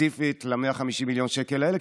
ספציפית ל-150 מיליון השקל האלה,